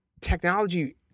technology